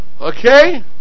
Okay